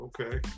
Okay